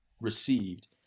received